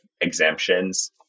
exemptions